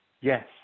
yes